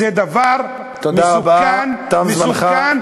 זה דבר מסוכן מסוכן,